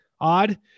odd